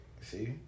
See